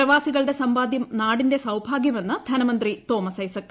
പ്രവാസികളുടെ സമ്പാദൃം നാടിന്റെ സൌഭാഗൃമെന്ന് ്യന്നമന്ത്രി തോമസ് ഐസക്